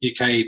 uk